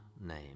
name